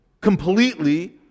completely